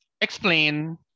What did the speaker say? explain